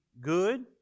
good